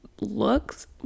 looks